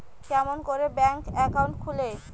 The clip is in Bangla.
কেমন করি ব্যাংক একাউন্ট খুলে?